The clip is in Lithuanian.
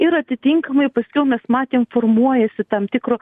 ir atitinkamai paskiau mes matėm formuojasi tam tikro